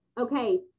okay